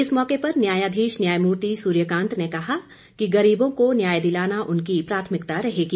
इस मौके पर न्यायाधीश न्यायमूर्ति सूर्यकांत ने कहा कि गरीबों को न्याय दिलाना उनकी प्राथमिकता रहेगी